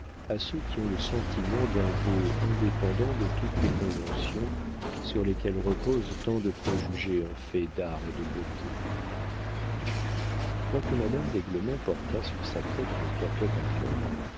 à ceux qui ont le sentiment d'un beau indépendant de toutes les conventions sur lesquelles reposent tant de préjugés en fait d'art et de beauté quoique madame d'aiglemont portât sur sa tête une capote à la mode